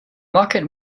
market